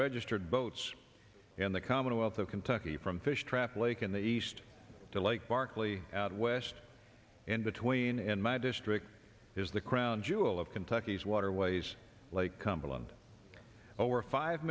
registered boats in the commonwealth of kentucky from fish trap lake in the east to lake barkley out west in between in my district is the crown jewel of kentucky's waterways lake cumberland over five